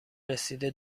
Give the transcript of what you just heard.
رسیده